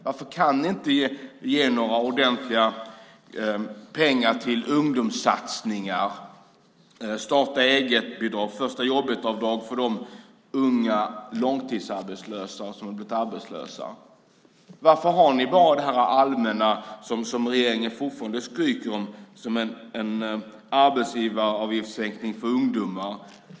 Varför kan ni inte ge några ordentliga pengar till ungdomssatsningar, första-jobbet-avdrag för de unga långtidsarbetslösa? Varför har ni bara det här allmänna som regeringen fortfarande skryter om, som en arbetsgivaravgiftssänkning för ungdomar?